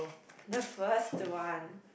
the first one